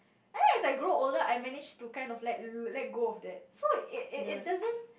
then as I grow older I manage to kind of let let go of that so it it it doesn't